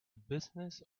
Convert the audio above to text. business